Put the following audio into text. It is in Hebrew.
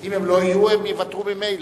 אם הם לא יהיו הם יוותרו ממילא.